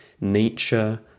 nature